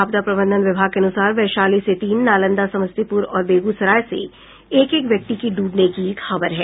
आपदा प्रबंधन विभाग के अनुसार वैशाली से तीन नालंदा समस्तीपुर और बेगूसराय से एक एक व्यक्ति की ड्रबने की खबर है